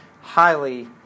highly